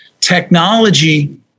technology